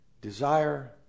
desire